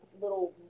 little